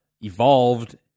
evolved